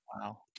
Wow